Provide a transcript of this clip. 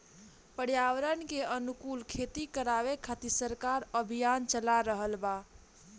पर्यावरण के अनुकूल खेती करावे खातिर सरकार अभियान चाला रहल बा